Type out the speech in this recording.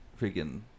freaking